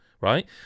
right